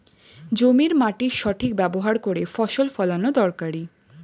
জমির মাটির সঠিক ব্যবহার করে ফসল ফলানো দরকারি